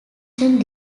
serious